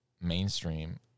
Mainstream